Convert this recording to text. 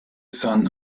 sun